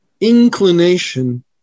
inclination